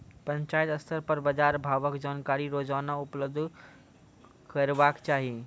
पंचायत स्तर पर बाजार भावक जानकारी रोजाना उपलब्ध करैवाक चाही?